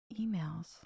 emails